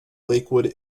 lakewood